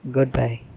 Goodbye